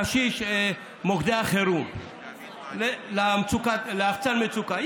הקשיש במוקדי החירום ללחצן מצוקה,